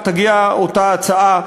כשתגיע אותה הצעה,